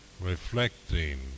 reflecting